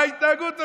מה ההתנהגות הזאת?